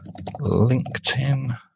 LinkedIn